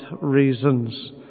reasons